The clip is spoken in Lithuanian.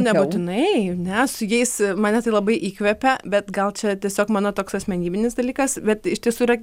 nebūtinai ne su jais mane labai įkvepia bet gal čia tiesiog mano toks asmenybinis dalykas bet iš tiesų yra